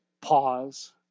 pause